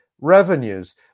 revenues